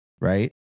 right